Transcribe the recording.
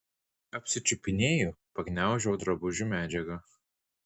apsičiupinėju pagniaužau drabužių medžiagą